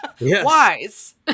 Wise